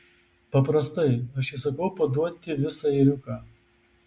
paprastai aš įsakau paduoti visą ėriuką